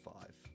five